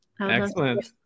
Excellent